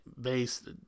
based